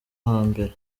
hambere